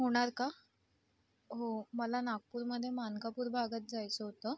होणार का हो मला नागपूरमध्ये मानकापूर भागात जायचं होतं